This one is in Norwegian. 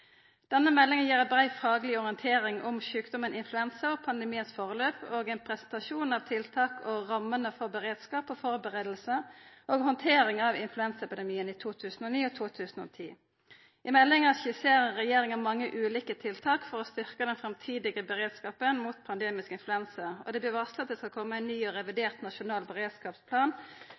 og ein presentasjon av tiltaka og rammene for beredskap og førebuingane og handteringa av influensaepidemien i 2009 og 2010. I meldinga skisserer regjeringa mange ulike tiltak for å styrka den framtidige beredskapen mot pandemisk influensa. Det vert varsla at det skal koma ein ny og revidert nasjonal beredskapsplan